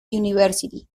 university